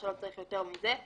שלא צריך יותר מזה.